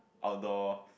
outdoor